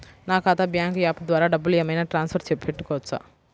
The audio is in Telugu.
నా ఖాతా బ్యాంకు యాప్ ద్వారా డబ్బులు ఏమైనా ట్రాన్స్ఫర్ పెట్టుకోవచ్చా?